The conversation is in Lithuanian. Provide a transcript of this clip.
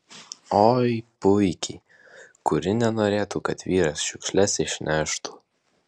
oi puikiai kuri nenorėtų kad vyras šiukšles išneštų